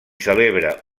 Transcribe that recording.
celebra